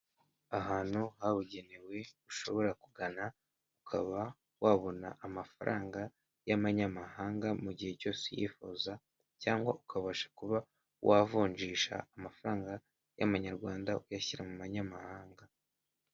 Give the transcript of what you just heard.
Ahantu habugenewe ushobora kugana ukaba wabona amafaranga y'abanyamahanga mu gihe cyose yifuzaza cyangwa ukabasha kuba wavunjisha amafaranga y'amanyarwanda uyashyira mu manyamahanga.